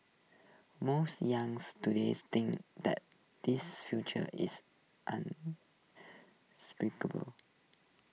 most youths today think that these future is